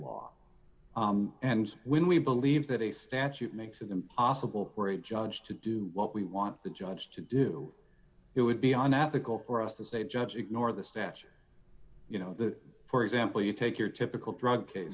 law and when we believe that a statute makes it impossible for a judge to do what we want the judge to do it would be unethical for us to say judge ignore the statute you know that for example you take your typical drug case